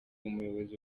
umuyobozi